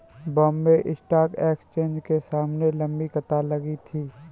Bombay stock exchange के सामने लंबी कतार लगी थी